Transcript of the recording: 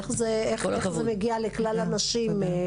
איך זה מגיע לכלל הנשים?